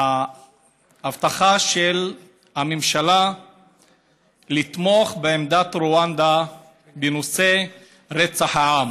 ההבטחה של הממשלה לתמוך בעמדת רואנדה בנושא רצח העם.